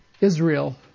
Israel